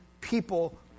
people